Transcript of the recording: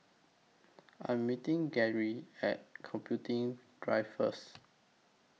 I'm meeting Geary At Computing Drive First